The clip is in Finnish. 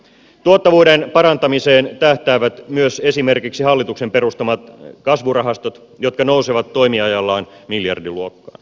tuottavuuden parantamiseen tähtäävät myös esimerkiksi hallituksen perustamat kasvurahastot jotka nousevat toimiajallaan miljardiluokkaan